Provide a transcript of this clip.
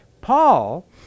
Paul